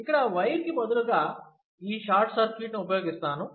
ఇక్కడ వైర్ కి బదులుగా ఈ షార్ట్ సర్క్యూట్ను ఉపయోగిస్తాను